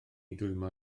dwymo